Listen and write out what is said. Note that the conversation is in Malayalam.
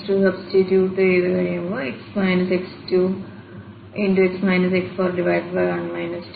L0xx0 x1 ആണ്